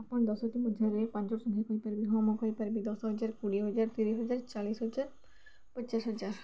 ଆଣ ଦଶଟି ମଧ୍ୟରେ ପାଞ୍ଚୋଟି ସଂଖ୍ୟା କହିପାରିବେ ହଁ ମୁଁ କହିପାରିବି ଦଶ ହଜାର କୋଡ଼ିଏ ହଜାର ତିରିି ହଜାର ଚାଳିଶ ହଜାର ପଚାଶ ହଜାର